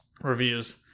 reviews